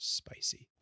spicy